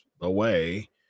away